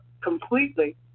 completely